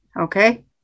okay